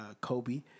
Kobe